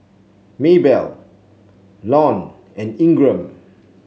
Maybell Lon and Ingram